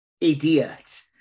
idiot